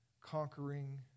conquering